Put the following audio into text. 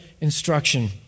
instruction